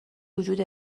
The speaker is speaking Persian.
وجود